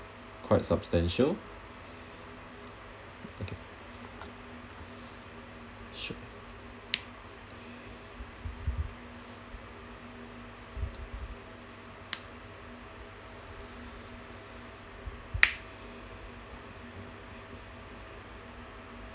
quite substantial okay sure